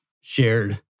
shared